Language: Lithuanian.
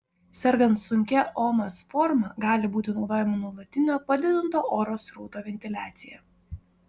sergant sunkia omas forma gali būti naudojama nuolatinio padidinto oro srauto ventiliacija